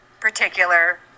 particular